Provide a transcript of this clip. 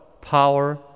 power